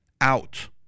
out